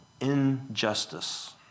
injustice